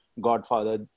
godfather